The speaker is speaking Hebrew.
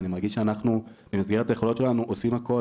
אני מרגיש שאנחנו במסגרת היכולות שלנו עושים הכול,